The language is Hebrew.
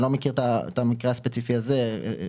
אני לא מכיר את המקרה הספציפי הזה -- יעל,